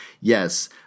Yes